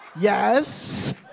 Yes